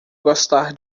gostar